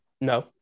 No